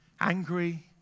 Angry